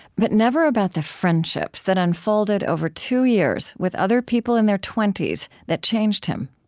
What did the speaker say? but never about the friendships that unfolded over two years with other people in their twenty s that changed him.